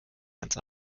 ganz